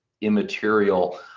immaterial